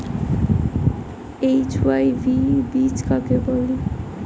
HYV বীজ কাকে বলে?